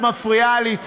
את מפריעה לי,